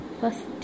first